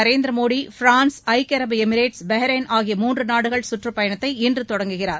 Narendra Modi France ஐக்கிய அரபு Emirates Bahrain ஆகிய முன்று நாடுகள் சுற்றப்பயணத்தை இன்று தொடங்குகிறார்